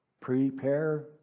prepare